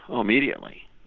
Immediately